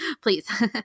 please